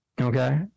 Okay